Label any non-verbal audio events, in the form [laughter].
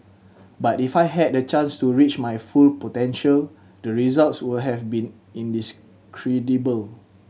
but if I had the chance to reach my full potential the results would have been [unintelligible]